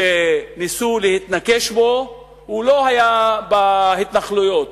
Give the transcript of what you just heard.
שניסו להתנקש בו, לא היה בהתנחלויות